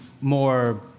more